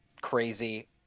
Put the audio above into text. crazy